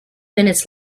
minutes